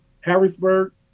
Harrisburg